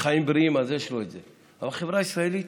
לחיים בריאים, אז יש לו את זה, אבל החברה הישראלית